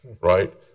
right